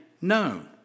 known